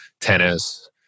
tennis